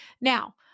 Now